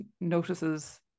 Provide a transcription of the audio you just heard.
notices